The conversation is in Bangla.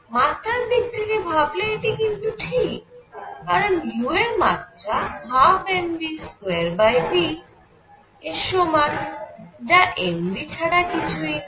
মাত্রার দিক থেকে ভাবলে এটি কিন্তু ঠিক কারণ u এর মাত্রা 12mv2v এর সমান যা m v ছাড়া কিছুই না